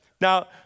Now